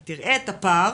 אתה תראה את הפער